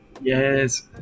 Yes